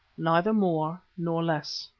neither more nor less.